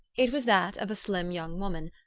it was that of a slim young woman,